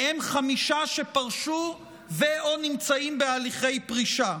מהם חמישה שפרשו ו/או נמצאים בהליכי פרישה.